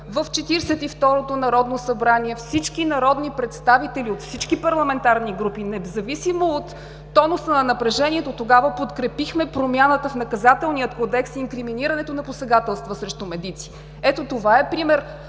второто народно събрание всички народни представители, от всички парламентарни групи, независимо от тонуса на напрежението тогава, подкрепихме промяната в Наказателния кодекс, инкриминирането на посегателства срещу медици. Ето това е пример